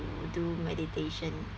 do meditation